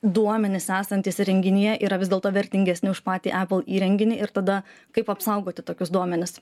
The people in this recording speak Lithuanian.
duomenys esantys įrenginyje yra vis dėlto vertingesni už patį apple įrenginį ir tada kaip apsaugoti tokius duomenis